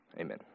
Amen